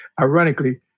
ironically